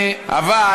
אבל,